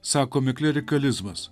sakomi klerikalizmas